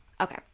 Okay